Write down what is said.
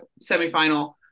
semifinal